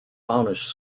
amish